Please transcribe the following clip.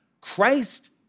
Christ